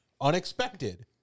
unexpected